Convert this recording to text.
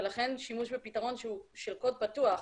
ולכן שימוש בפתרון של קוד פתוח,